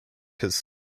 his